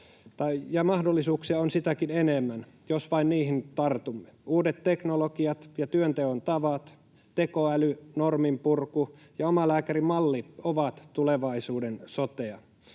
mahdollisuuksia on sitäkin enemmän, jos vain niihin tartumme. Uudet teknologiat ja työnteon tavat, tekoäly, norminpurku ja omalääkärimalli ovat tulevaisuuden sotea.